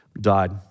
died